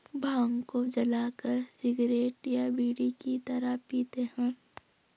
भांग को जलाकर सिगरेट या बीड़ी की तरह पीते हैं